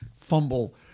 fumble